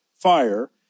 fire